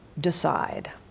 decide